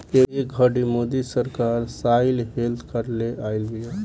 ए घड़ी मोदी सरकार soil health card ले आइल बिया